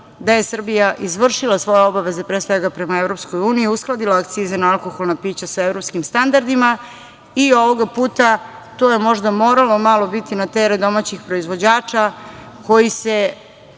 da je Srbija izvršila svoje obaveze prema EU, uskladila akcize na alkoholna pića sa evropskim standardima. Ovoga puta je to možda moralo malo biti na teret domaćih proizvođača koji se,